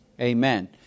Amen